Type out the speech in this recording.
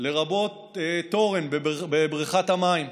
לרבות תורן בבריכת המים,